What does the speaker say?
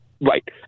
Right